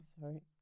Sorry